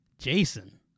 Jason